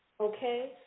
okay